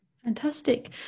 Fantastic